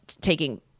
taking